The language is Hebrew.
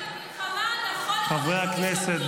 חברי הכנסת,